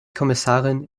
kommissarin